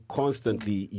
constantly